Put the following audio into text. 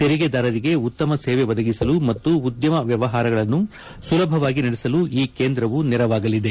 ತೆರಿಗೆದಾರರಿಗೆ ಉತ್ತಮ ಸೇವೆ ಒದಗಿಸಲು ಮತ್ತು ಉದ್ಯಮ ವ್ಯವಹಾರಗಳನ್ನು ಸುಲಭವಾಗಿ ನಡೆಸಲು ಈ ಕೇಂದ್ರವು ನೆರವಾಗಲಿದೆ